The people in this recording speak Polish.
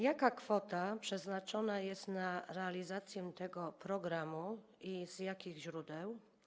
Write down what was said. Jaka kwota przeznaczona jest na realizację tego programu i z jakich źródeł?